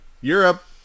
Europe